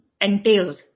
entails